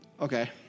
Okay